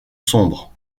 sombre